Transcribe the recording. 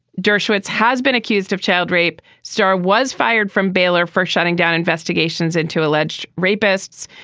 dershowitz has been accused of child rape. starr was fired from baylor for shutting down investigations into alleged rapists.